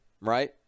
right